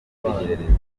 by’icyitegererezo